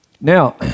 Now